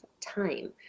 time